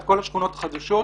את כל השכונות החדשות,